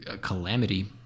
calamity